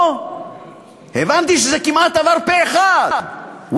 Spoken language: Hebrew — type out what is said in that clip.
פה הבנתי שזה עבר כמעט פה-אחד,